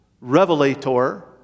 revelator